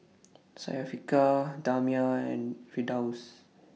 Syafiqah Damia and Firdaus